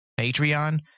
Patreon